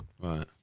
Right